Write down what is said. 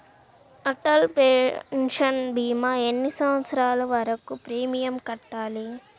Atal pension భీమా ఎన్ని సంవత్సరాలు వరకు ప్రీమియం కట్టాలి?